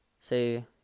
Say